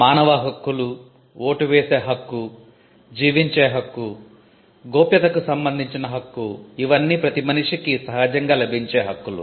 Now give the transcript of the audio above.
మానవ హక్కులు ఓటు వేసే హక్కు జీవించే హక్కు గోప్యతకు సంబంధించిన హక్కు ఇవన్ని ప్రతి మనిషికి సహజంగా లభించే హక్కులు